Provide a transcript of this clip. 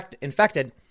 infected